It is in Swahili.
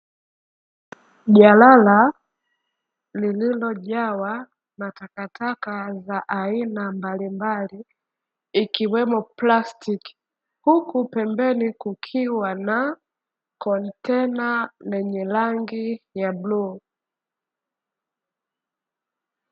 Jalala lililojawa matakataka za aina mbalimbali ikiwemo plastiki huku pembeni kukiwa na kontena lenye rangi ya bluu.